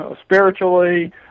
spiritually